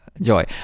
joy